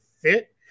fit